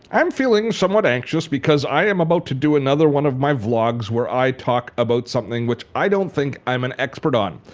i'm feeling somewhat anxious because i am about to do another one of my vlogs where i talk about something which i don't think i'm an expert on.